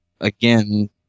Again